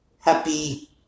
happy